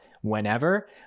whenever